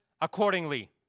accordingly